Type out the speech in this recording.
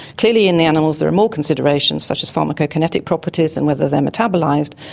clearly in the animals there are more considerations such as pharmacokinetic properties and whether they are metabolised,